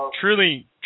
truly